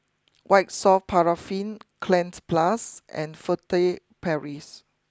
White soft Paraffin Cleanz Plus and Furtere Paris